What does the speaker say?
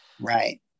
Right